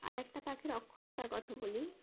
আর একটা পাখির অক্ষমতার কথা বলি